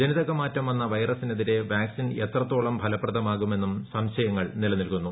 ജനിതകമാറ്റം വന്ന വൈറസിനെതിരെ വാക്സിൻ എത്രത്തോളം ഫലപ്രദമാകുമെന്നും സംശയങ്ങൾ നിലനിൽക്കുന്നു